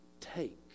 take